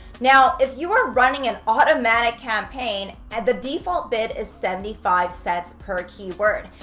now, if you are running an automatic campaign, and the default bid is seventy five cents per keyword.